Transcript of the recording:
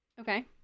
Okay